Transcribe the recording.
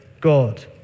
God